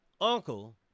uncle